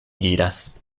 diras